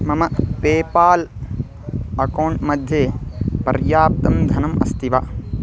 मम PayPal account मध्ये पर्याप्तं धनम् अस्ति वा